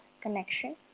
connection